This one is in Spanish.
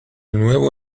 nuevo